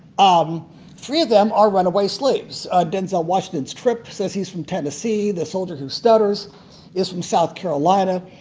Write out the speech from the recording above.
um three of them are runaway slaves. denzel washington's trip says he's from tennessee. the soldier who stutters is from south carolina.